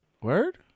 Word